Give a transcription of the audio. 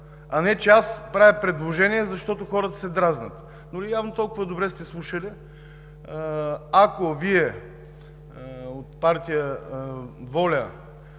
а не че аз правя предложение, защото хората се дразнят. Но явно толкова добре сте слушали. Ако Вие от Партия „ВОЛЯ